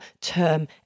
term